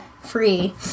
free